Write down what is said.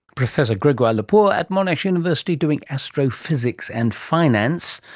professor gregoire loeper at monash university doing astrophysics and finance,